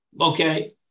okay